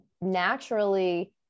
naturally